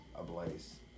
ablaze